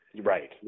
Right